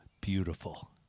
beautiful